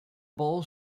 bowl